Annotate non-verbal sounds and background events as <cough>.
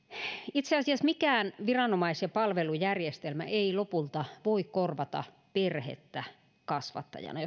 itse asiassa mikään viranomais ja palvelujärjestelmä ei lopulta voi korvata perhettä kasvattajana <unintelligible>